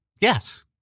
Yes